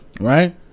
Right